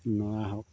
নৰা হওক